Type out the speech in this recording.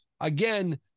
again –